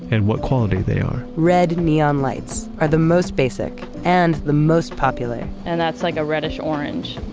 and what quality they are red neon lights are the most basic and the most popular and that's like a reddish orange.